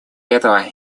этого